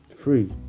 free